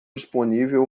disponível